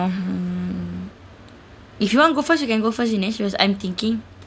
um if you want go first you can go first vinesh I'm thinking